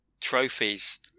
trophies